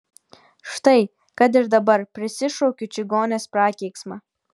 štai kad ir dabar prisišaukiu čigonės prakeiksmą